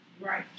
Right